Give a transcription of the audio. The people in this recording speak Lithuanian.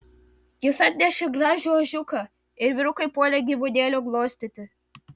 jis atnešė gražų ožiuką ir vyrukai puolė gyvūnėlio glostyti